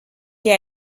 que